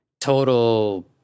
total